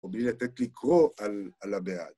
ובלי לתת לקרוא על הבעד.